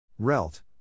RELT